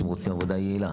אנשים רוצים עבודה יעילה.